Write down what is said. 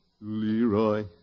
Leroy